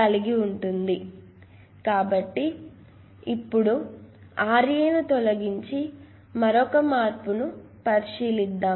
తొలగించనివ్వండి కాబట్టి ఇప్పుడు Ra ను తొలగించి మరొక మార్పు పరిశీలిద్దాం